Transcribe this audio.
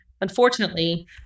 Unfortunately